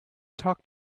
talk